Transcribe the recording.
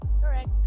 Correct